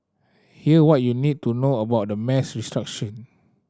here what you need to know about the mass restructuring